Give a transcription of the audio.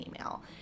email